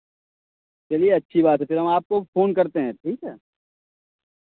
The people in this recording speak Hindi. चलिए अच्छी बात है फिर हम आपको फ़ोन करते हैं ठीक है